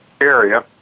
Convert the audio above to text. area